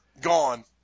gone